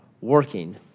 working